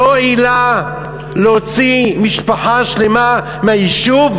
זו עילה להוציא משפחה שלמה מהיישוב?